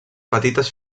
petites